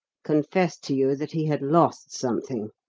confessed to you that he had lost something.